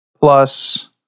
plus